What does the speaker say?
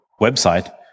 website